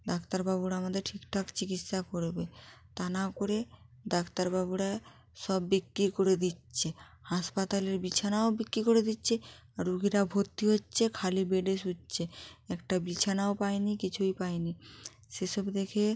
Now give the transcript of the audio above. ডাক্তারবাবুরা আমাদের ঠিক ঠাক চিকিৎসা করবে তা না করে দাক্তারবাবুরা সব বিক্রি করে দিচ্ছে হাসপাতালের বিছানাও বিক্রি করে দিচ্ছে আর রুগীরা ভর্তি হচ্চে খালি বেডে শুচ্চে একটা বিছানাও পাইনি কিছুই পাইনি সেসব দেখে